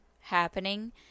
happening